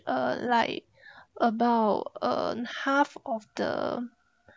uh like about a half of the